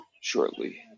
shortly